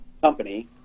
company